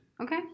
Okay